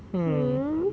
mm